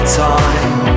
time